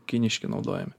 kiniški naudojami